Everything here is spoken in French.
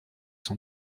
son